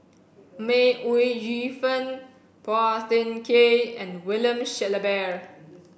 May Ooi Yu Fen Phua Thin Kiay and William Shellabear